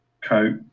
coat